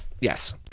yes